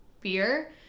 beer